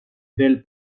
del